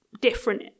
different